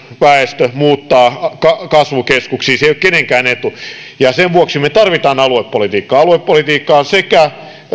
väestö muuttaa kasvukeskuksiin se ei ole kenkään etu sen vuoksi me tarvitsemme aluepolitiikkaa aluepolitiikka on sekä